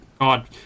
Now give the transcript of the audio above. God